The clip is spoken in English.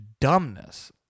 dumbness